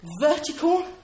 vertical